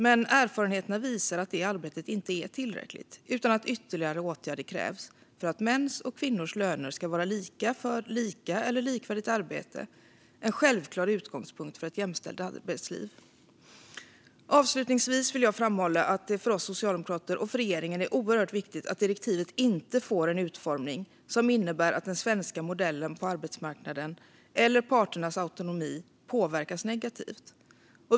Men erfarenheterna visar att det arbetet inte är tillräckligt, utan att ytterligare åtgärder krävs för att mäns och kvinnors löner ska vara lika för lika eller likvärdigt arbete - en självklar utgångspunkt för ett jämställt arbetsliv. Avslutningsvis vill jag framhålla att det för oss socialdemokrater och för regeringen är oerhört viktigt att direktivet inte får en utformning som innebär att den svenska modellen på arbetsmarknaden eller parternas autonomi påverkas negativt.